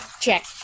check